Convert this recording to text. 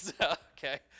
okay